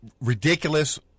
ridiculous